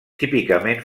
típicament